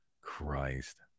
Christ